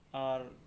ᱟᱨ